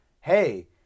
hey